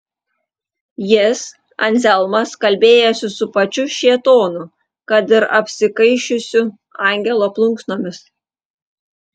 jis anzelmas kalbėjosi su pačiu šėtonu kad ir apsikaišiusiu angelo plunksnomis